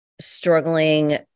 struggling